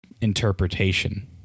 interpretation